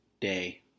day